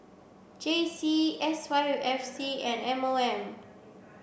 J C S Y F C and M O M